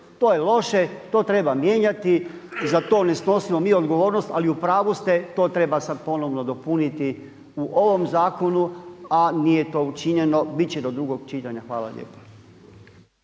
To je loše, to treba mijenjati, za to ne snosimo mi odgovornost ali u pravu ste, to treba sada ponovno dopuniti u ovom zakonu a nije to učinjeno, biti će do drugog čitanja. Hvala lijepa.